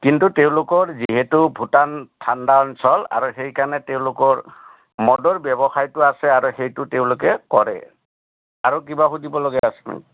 কিন্তু তেওঁলোকৰ যিহেতু ভূটান ঠাণ্ডা অঞ্চল আৰু সেইকাৰণে তেওঁলোকৰ মদৰ ব্যৱসায়টো আছে আৰু সেইটো তেওঁলোকে কৰে আৰু কিবা সুধিব লগা আছে নেকি